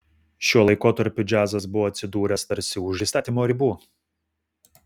šiuo laikotarpiu džiazas buvo atsidūręs tarsi už įstatymo ribų